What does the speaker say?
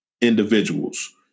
individuals